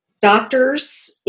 doctors